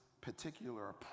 particular